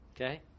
Okay